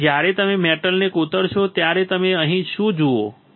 તેથી જ્યારે તમે મેટલને કોતરશો ત્યારે તમે અહીં શું જોશો